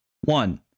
one